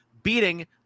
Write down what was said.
Beating